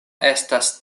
estas